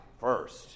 first